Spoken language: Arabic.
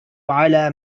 على